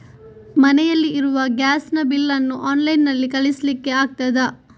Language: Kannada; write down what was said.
ಮನೆಯಲ್ಲಿ ಇರುವ ಗ್ಯಾಸ್ ನ ಬಿಲ್ ನ್ನು ಆನ್ಲೈನ್ ನಲ್ಲಿ ಕಳಿಸ್ಲಿಕ್ಕೆ ಆಗ್ತದಾ?